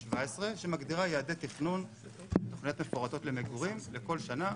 שמגדירה יעדי תוכניות ותוכניות מפורטות למגורים לכל שנה,